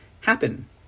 happen